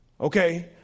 Okay